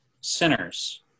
sinners